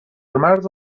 مرز